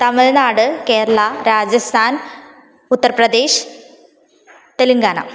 तमिळ्नाडु केरला राजस्थान् उत्तरप्रदेशः तेलङ्गाना